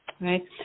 right